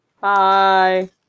bye